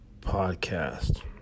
podcast